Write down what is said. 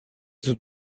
dut